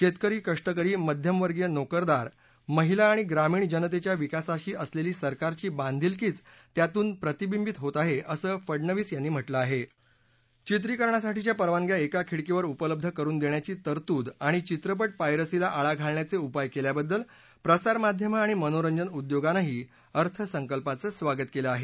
शेतकरी कष्टकरी मध्यमवर्गीय नोकरदार महिला आणि ग्रामीण जनतेच्या विकासाशी असलेली सरकारची बांधिलकीच त्यातून प्रतिविंबित होत असं फडनवीस यांनी म्हटलं आहे वित्रीकरणासाठीच्या परवानग्या एका खिडकीवर उपलब्ध करुन देण्याची तरतूद आणि चित्रपट पायरसीला आळा घालण्याचे उपाय केल्याबद्दल प्रसारमाध्यमं आणि मनोरंजन उद्योगानंही अर्थसंकल्पाचं स्वागत केलं आहे